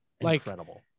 Incredible